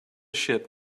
ship